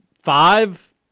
five